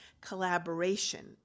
collaboration